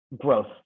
growth